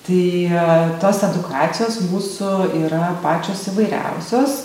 tai tos edukacijos mūsų yra pačios įvairiausios